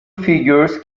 figures